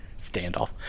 Standoff